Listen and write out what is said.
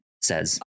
says